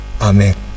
Amen